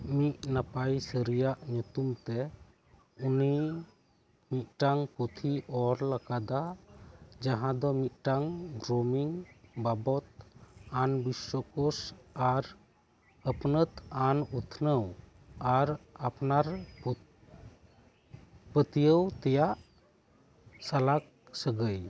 ᱢᱤᱫ ᱱᱟᱯᱟᱭ ᱥᱟᱹᱨᱤᱭᱟᱜ ᱧᱩᱛᱩᱢᱛᱮ ᱩᱱᱤ ᱢᱤᱫᱴᱟᱝ ᱯᱩᱛᱷᱤᱭ ᱚᱞ ᱟᱠᱟᱫᱟ ᱡᱟᱦᱟᱸ ᱫᱚ ᱢᱤᱫᱴᱟᱝ ᱜᱨᱩᱢᱤᱝ ᱵᱟᱵᱚᱛ ᱟᱱ ᱵᱤᱥᱥᱚᱠᱳᱥ ᱟᱨ ᱟᱹᱯᱱᱟᱹᱛ ᱟᱱ ᱩᱛᱱᱟᱹᱣ ᱟᱨ ᱟᱯᱱᱟᱨ ᱯᱟᱹᱛᱭᱟᱹᱣ ᱛᱮᱭᱟᱨ ᱥᱟᱞᱟᱜ ᱥᱟᱹᱜᱟᱹᱭᱟ